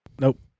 Nope